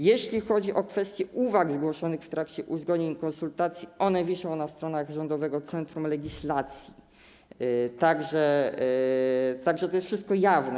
Jeśli chodzi o kwestie uwag zgłoszonych w trakcie uzgodnień i konsultacji, one wiszą na stronach Rządowego Centrum Legislacji, tak że to wszystko jest jawne.